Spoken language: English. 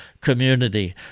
community